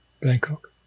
Bangkok